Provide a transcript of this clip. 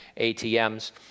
ATMs